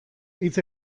hitz